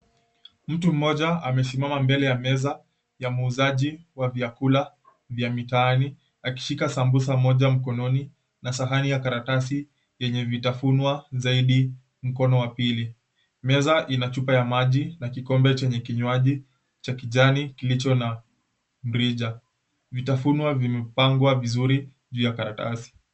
Mtu mmoja amesimama mbele ya meza ya muuzaji wa vyakula vya mitaani, akishika sambusa moja mkononi na sahani ya karatasi, yenye vitafunwa zaidi mkono wa pili. Meza ina chupa ya maji na kikombe chenye kinywaji cha kijani kilicho na mrija. Vitafunwa vimepangwa vizuri juu ya karatasi.